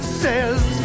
says